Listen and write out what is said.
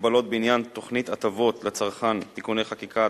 הגבלות בעניין תוכנית הטבות לצרכן (תיקוני חקיקה),